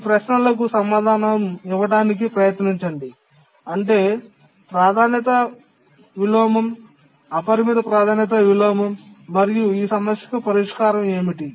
ఈ ప్రశ్నలకు సమాధానం ఇవ్వడానికి ప్రయత్నించండి అంటే ప్రాధాన్యత విలోమం అపరిమిత ప్రాధాన్యత విలోమం మరియు ఈ సమస్యకు పరిష్కారం ఏమిటి